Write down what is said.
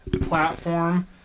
platform